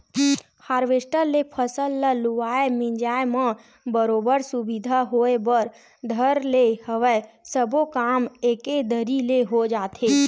harvester ले फसल ल लुवाए मिंजाय म बरोबर सुबिधा होय बर धर ले हवय सब्बो काम एके दरी ले हो जाथे